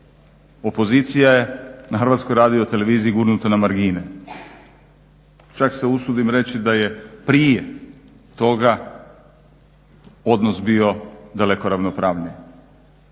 Opozicija je na Hrvatskoj radioteleviziji gurnuta na margine. Čak se usudim reći da je prije toga odnos bio daleko ravnopravniji.